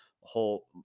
whole